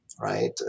right